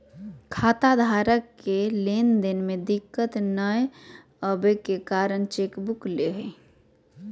खाताधारक के लेन देन में दिक्कत नयय अबे के कारण चेकबुक ले हइ